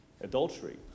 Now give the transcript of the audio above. Adultery